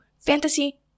fantasy